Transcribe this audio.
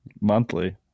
Monthly